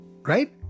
right